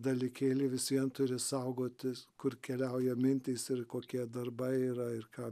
dalykėliai vis vien turi saugotis kur keliauja mintys ir kokie darbai yra ir ką